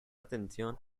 atención